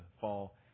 fall